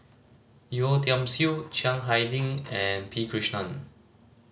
Yeo Tiam Siew Chiang Hai Ding and P Krishnan